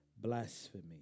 blasphemy